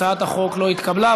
הצעת החוק לא התקבלה.